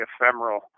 ephemeral